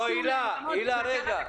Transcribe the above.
הילה, רגע.